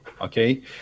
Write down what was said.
okay